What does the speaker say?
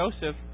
Joseph